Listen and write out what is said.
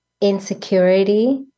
insecurity